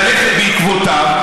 ללכת בעקבותיו,